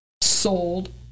sold